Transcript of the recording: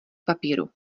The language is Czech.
papíru